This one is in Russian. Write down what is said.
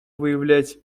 выявлять